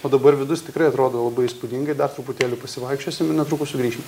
o dabar vidus tikrai atrodo labai įspūdingai dar truputėlį pasivaikščiosim ir netrukus sugrįšim